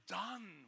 done